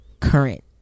current